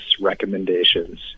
recommendations